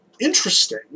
interesting